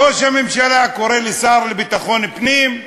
ראש הממשלה קורא לשר לביטחון פנים,